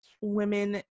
women